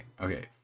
okay